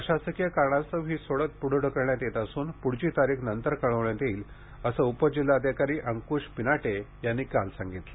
प्रशासकीय कारणास्तव ही सोडत पुढे ढकलण्यात येत असून पुढची तारीख नंतर कळवण्यात येईल असे उपजिल्हाधिकारी अंकुश पिनाटे यांनी काल सांगितले